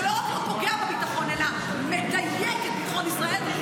שלא רק לא פוגע בביטחון אלא מדייק את ביטחון ישראל,